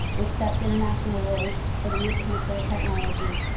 which sets international rules for the use of nuclear technology,